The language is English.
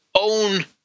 own